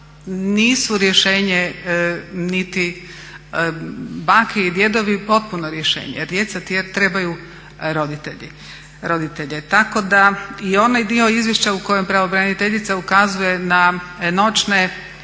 nisu rješenje niti bake i djedovi, potpuno rješenje jer djeca trebaju roditelje. Tako da i onaj dio izvješća u kojem pravobraniteljica ukazuje na noćne,